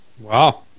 Wow